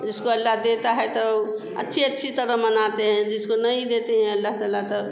जिसको अल्लाह देता है तो अच्छी अच्छी तरह मनाते हैं जिसको नहीं देते हैं अल्लाह तआला तो